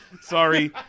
Sorry